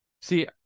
See